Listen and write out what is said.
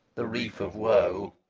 the reef of woe.